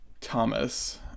Thomas